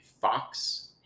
fox